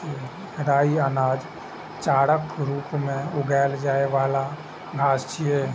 राइ अनाज, चाराक रूप मे उगाएल जाइ बला घास छियै